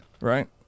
right